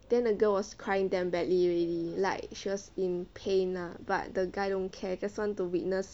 then the girl was crying damn badly already like she was in pain ah but the guy don't care just want to witness